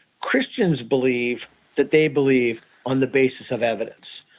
christians believe that they believe on the basis of evidence.